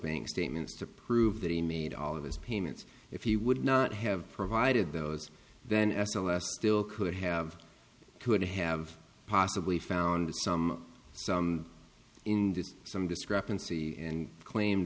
bank statements to prove that he made all of his payments if he would not have provided those then s l s still could have could have possibly found some some in some discrepancy and claim